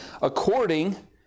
...according